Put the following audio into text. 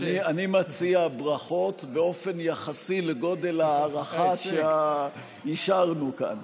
אני מציע ברכות באופן יחסי לגודל ההערכה שאישרנו כאן.